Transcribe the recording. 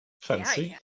Fancy